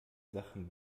sachen